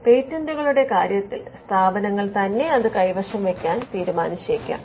എന്നാൽ പേറ്റന്റുകളുടെ കാര്യത്തിൽ സ്ഥാപനങ്ങൾ തന്നെ അത് കൈവശം വയ്ക്കാൻ തീരുമാനിച്ചേക്കാം